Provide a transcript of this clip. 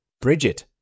Bridget